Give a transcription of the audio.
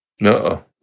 No